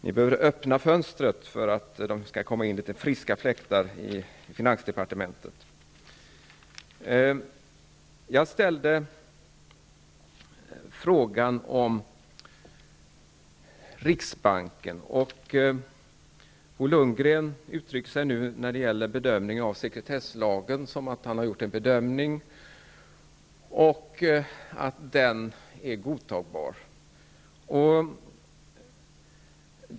Ni behöver öppna fönstret för att det skall komma in litet friska fläktar i finansdepartementet. Jag ställde frågan om riksbanken, och Bo Lundgren ger när det gäller sekretesslagen uttryck för att han har gjort en bedömning och att den är godtagbar.